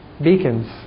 Beacons